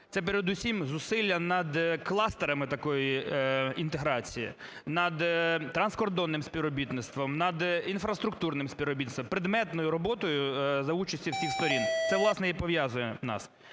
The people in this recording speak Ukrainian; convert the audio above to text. це передусім зусилля над кластерами такої інтеграції, над транскордонним співробітництвом, над інфраструктурним співробітництвом, предметною роботою за участі всіх сторін. Це, власне, і пов'язує нас.